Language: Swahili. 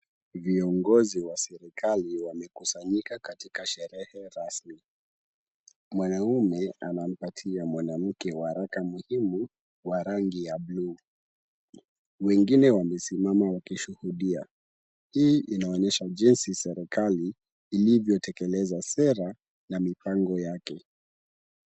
Viongozi wa serikali wamekusanyika katika sherehe rasmi. Mwanaume anampatia mwanamke waraka muhimu wa rangi ya blue .Wengine wamesimama wakishuhudia. Hii inaonyesha jinsi serikali ilivyotekeleza sera na mipango yake.